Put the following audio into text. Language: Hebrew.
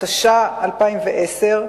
התש"ע 2010,